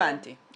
הבנתי.